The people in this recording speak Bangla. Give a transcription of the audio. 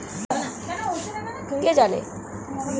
শস্য মাড়াই করা বা ধান ঝাড়া যাতে পাতলা হালকা খড় ঝড়ে যায়